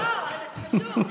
לא, זה חשוב.